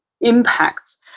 impacts